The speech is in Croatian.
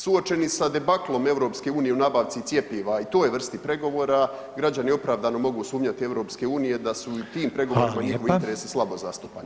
Suočeni sa debaklom EU u nabavci cjepiva i toj vrsti pregovora građani opravdano mogu sumnjati EU da su i u tim pregovorima njihovi interesi slabo zastupani.